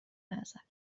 نظر